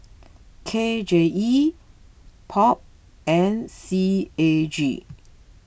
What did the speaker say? K J E Pop and C A G